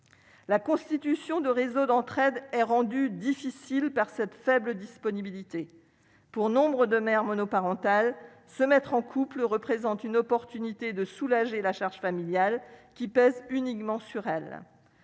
la constitution de réseaux d'entraide est rendue difficile par cette faible disponibilité pour nombre de mères monoparentales se mettre en couple représente une opportunité de soulager la charge familiale qui pèse uniquement sur elle,